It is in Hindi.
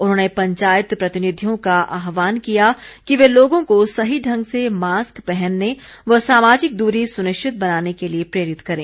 उन्होंने पंचायत प्रतिनिधियों का आहवान किया कि वे लोगों को सही ढंग से मास्क पहनने व सामाजिक दूरी सुनिश्चित बनाने के लिए प्रेरित करें